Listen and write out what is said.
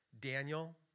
Daniel